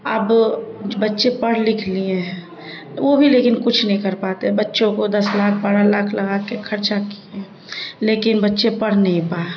اب بچے پڑھ لکھ لیے ہیں وہ بھی لیکن کچھ نہیں کر پاتے بچوں کو دس لاکھ بارہ لاکھ لگا کے خرچہ کیے لیکن بچے پڑھ نہیں پائے